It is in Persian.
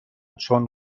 چون